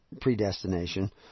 predestination